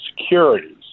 securities